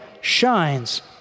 shines